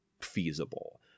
feasible